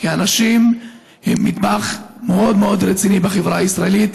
כי הנשים הן נדבך מאוד מאוד רציני בחברה הישראלית,